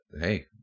Hey